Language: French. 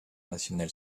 national